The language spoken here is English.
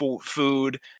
food